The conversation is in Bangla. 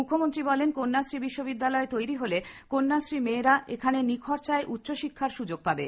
মুখ্যমন্ত্রী বলেন কন্যাশ্রী বিশ্ববিদ্যালয় তৈরি হলে কন্যাশ্রী মেয়েরা এখানে নিখরচায় উষ্চশিষ্কার সুযোগ পাবে